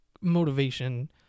motivation